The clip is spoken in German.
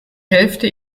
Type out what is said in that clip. hälfte